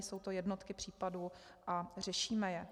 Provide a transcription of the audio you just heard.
Jsou to jednotky případů a řešíme je.